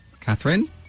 catherine